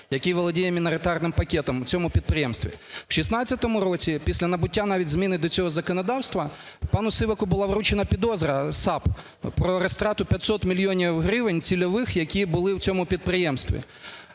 який володіє міноритарним пакетом в цьому підприємстві. В 2016 році, після набуття навіть зміни до цього законодавства, пану Сиваку була вручена підозра САП про розтрату 500 мільйонів гривень цільових, які були в цьому підприємстві.